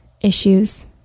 issues